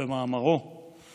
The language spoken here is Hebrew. במאמרו על